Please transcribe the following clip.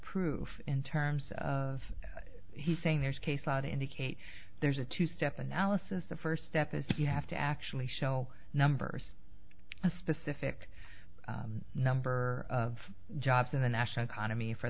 proof in terms of he's saying there's case law to indicate there's a two step analysis the first step is you have to actually show numbers a specific number of jobs in the national economy for